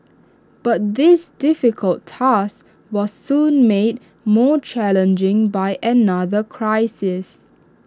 but this difficult task was soon made more challenging by another crisis